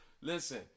listen